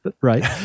right